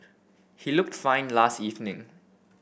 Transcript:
he looked fine last evening